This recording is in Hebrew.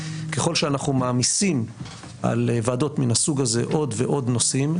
ככל שאנחנו מעמיסים על ועדות מן הסוג הזה עוד ועוד נושאים,